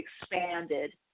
expanded